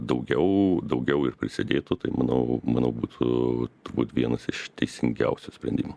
daugiau daugiau ir prisidėtų tai manau manau būtų turbūt vienas iš teisingiausių sprendimų